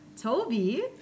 Toby